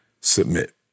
Submit